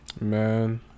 Man